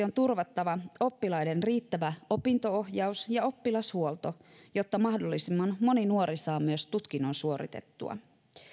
on turvattava oppilaiden riittävä opinto ohjaus ja oppilashuolto jotta mahdollisimman moni nuori saa myös tutkinnon suoritettua